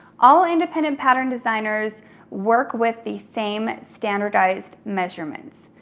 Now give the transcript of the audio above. all independent pattern designers work with the same standardized measurements.